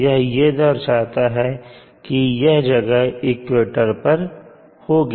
यह ये दर्शाता है कि यह जगह इक्वेटर पर होगी